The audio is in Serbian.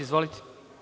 Izvolite.